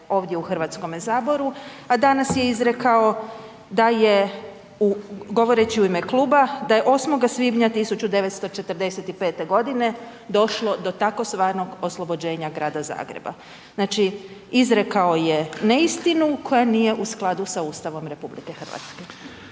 ovdje u HS, a danas je izrekao da je u, govoreći u ime kluba, da je 8. svibnja 1945.g. došlo do tzv. oslobođenja Grada Zagreba. Znači, izrekao je neistinu koja nije u skladu sa Ustavom RH.